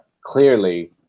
clearly